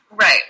Right